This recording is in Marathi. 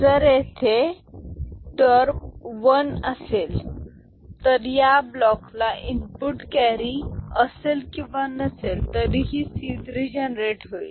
जर येथे टर्म वन असेल तर या ब्लॉकला इनपुट केरी असेल किंवा नसेल तरीही c3 जनरेट होईल